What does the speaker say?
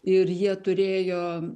ir jie turėjo